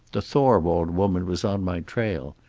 the thorwald woman was on my trail.